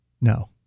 No